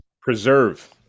preserve